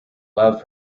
love